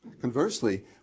Conversely